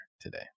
today